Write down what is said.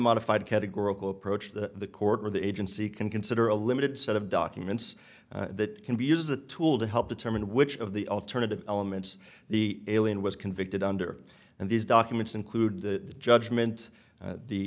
modified categorical approach the court or the agency can consider a limited set of documents that can be used as a tool to help determine which of the alternative elements the alien was convicted under and these documents include the judgment